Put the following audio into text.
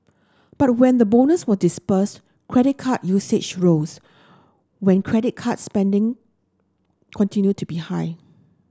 but when the bonus was disbursed credit card usage rose when credit card spending continued to be high